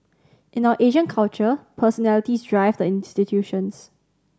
in our Asian culture personalities drive the institutions